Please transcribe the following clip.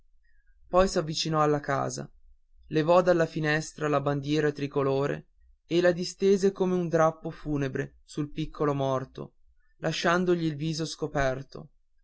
ragazzo poi s'avvicinò alla casa levò dalla finestra la bandiera tricolore e la distese come un drappo funebre sul piccolo morto lasciandogli il viso scoperto